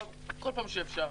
בכל פעם שאפשר.